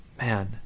man